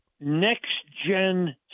next-gen